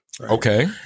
Okay